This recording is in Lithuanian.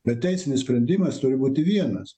bet teisinis sprendimas turi būti vienas